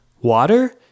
Water